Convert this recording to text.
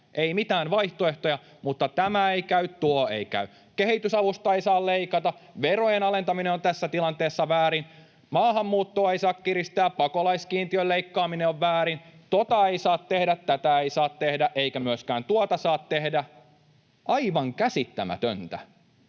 Ei mitään vaihtoehtoja, mutta tämä ei käy, tuo ei käy, kehitysavusta ei saa leikata, verojen alentaminen on tässä tilanteessa väärin, maahanmuuttoa ei saa kiristää, pakolaiskiintiön leikkaaminen on väärin, tuota ei saa tehdä, tätä ei saa tehdä eikä myöskään tuota saa tehdä. Aivan käsittämätöntä!